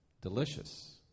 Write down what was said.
Delicious